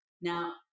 Now